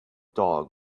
dog